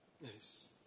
Yes